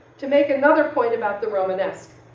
to make another point about the romanesque.